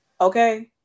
Okay